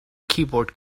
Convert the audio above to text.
keyboard